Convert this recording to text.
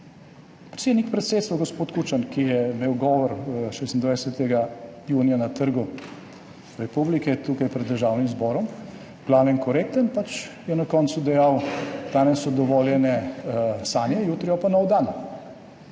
Predsednik predsedstva, gospod Kučan, ki je imel govor 26. junija na Trgu republike, tukaj pred Državnim zborom, v glavnem korekten, je na koncu dejal, danes so dovoljene sanje, jutri bo pa nov dan. To